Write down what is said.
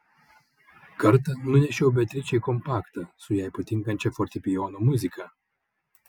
kartą nunešiau beatričei kompaktą su jai patinkančia fortepijono muzika